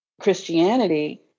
Christianity